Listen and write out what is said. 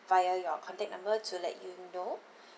via your contact number to let you know